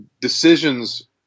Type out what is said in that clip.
decisions